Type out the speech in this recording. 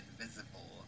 invisible